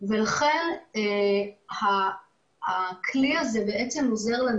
ולכן הכלי הזה עוזר לנו.